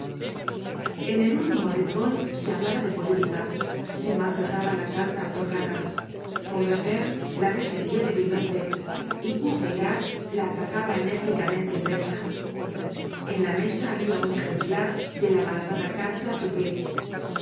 en el último rincon se hablaba de política se maltrataba la carta otorgada combeferre la defendia débilmente y courfeyrac la atacaba enérgicamente en brecha en la mesa habia un ejemplar de la malhadada carta touquet courfeyrac la